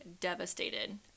devastated